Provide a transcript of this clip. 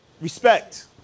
respect